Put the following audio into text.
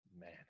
man